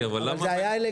זה היה אלגנטי,